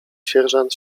sierżant